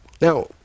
Now